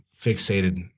fixated